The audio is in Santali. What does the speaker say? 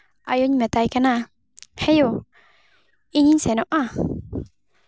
ᱟᱭᱳᱧ ᱢᱮᱛᱟᱭ ᱠᱟᱱᱟ ᱦᱮᱸ ᱭᱳ ᱤᱧᱤᱧ ᱥᱮᱱᱚᱜᱼᱟ